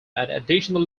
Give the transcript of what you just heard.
additional